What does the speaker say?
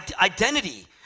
identity